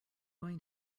going